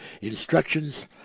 instructions